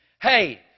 Hey